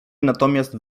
natomiast